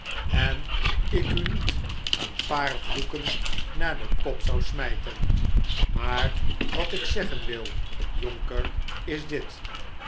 en ik u niet een paar vloeken naar den kop zou smijten maar wat ik zeggen wil jonker is dit